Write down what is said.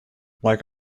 like